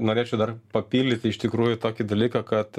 norėčiau dar papildyti iš tikrųjų tokį dalyką kad